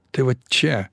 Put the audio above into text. tai vat čia